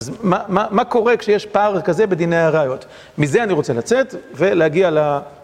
אז מה קורה כשיש פער כזה בדיני הראיות? מזה אני רוצה לצאת ולהגיע ל...